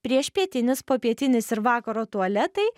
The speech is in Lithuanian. priešpietinis popietinis ir vakaro tualetai